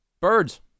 Birds